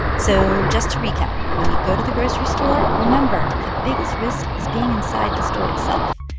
so just to recap, when you go to the grocery store, remember the biggest risk is being inside the store itself.